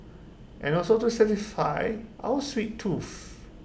and also to satisfy our sweet tooth